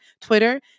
Twitter